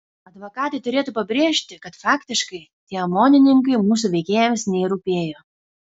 advokatai turėtų pabrėžti kad faktiškai tie omonininkai mūsų veikėjams nei rūpėjo